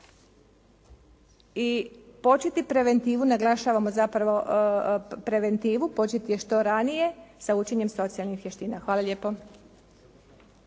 i početi preventivu. Naglašavamo zapravo preventivu, početi je što ranije sa učenjem socijalnih vještina. Hvala lijepo.